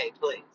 please